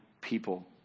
people